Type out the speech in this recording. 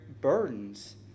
burdens